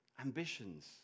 Ambitions